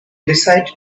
decided